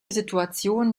situation